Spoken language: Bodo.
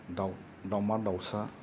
दाव दावमा दावसा